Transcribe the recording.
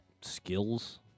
skills